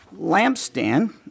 lampstand